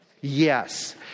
Yes